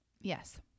Yes